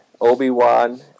Obi-Wan